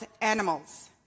animals